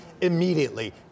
immediately